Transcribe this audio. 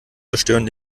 zerstören